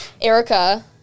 Erica